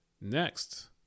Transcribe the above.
next